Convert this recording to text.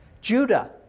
Judah